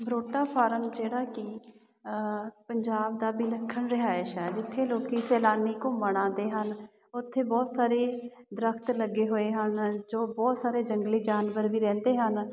Barota farm ਜਿਹੜਾ ਕਿ ਪੰਜਾਬ ਦਾ ਵਿਲੱਖਣ ਰਿਹਾਇਸ਼ ਹੈ ਜਿੱਥੇ ਲੋਕ ਸੈਲਾਨੀ ਘੁੰਮਣ ਆਉਂਦੇ ਹਨ ਉੱਥੇ ਬਹੁਤ ਸਾਰੇ ਦਰੱਖਤ ਲੱਗੇ ਹੋਏ ਹਨ ਜੋ ਬਹੁਤ ਸਾਰੇ ਜੰਗਲੀ ਜਾਨਵਰ ਵੀ ਰਹਿੰਦੇ ਹਨ